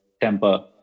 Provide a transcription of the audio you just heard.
temper